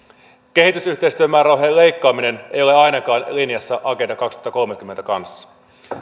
kehitysyhteistyömäärärahojen leikkaaminen ei ole ainakaan linjassa agenda kaksituhattakolmekymmentän kanssa